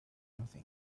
nothing